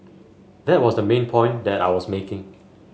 that was the main point that I was making